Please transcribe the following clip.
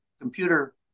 computer